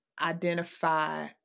identify